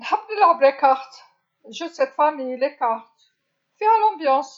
نحب نلعب الورق، لا أعرف لمذا لكن الورق فيها المرح.